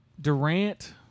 Durant